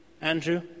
Andrew